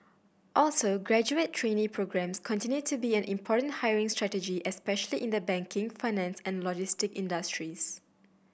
also graduate trainee programmes continue to be an important hiring strategy especially in the banking finance and logistic industries